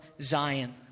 Zion